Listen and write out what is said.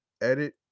edit